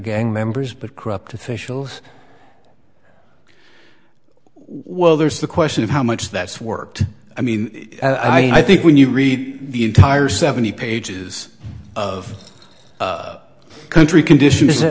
gang members but corrupt officials well there's the question of how much that's worked i mean i think when you read the entire seventy pages of country condition